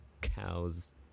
cows